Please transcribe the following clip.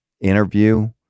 interview